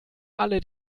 alle